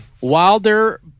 Wilder